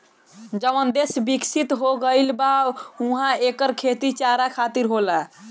जवन देस बिकसित हो गईल बा उहा एकर खेती चारा खातिर होला